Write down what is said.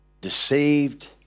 deceived